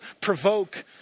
provoke